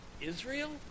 Israel